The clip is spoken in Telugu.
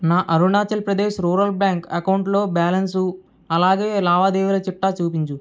నా అరుణాచల్ ప్రదేశ్ రూరల్ బ్యాంక్ అకౌంటులో బ్యాలన్సు అలాగే లావాదేవీల చిట్టా చూపించు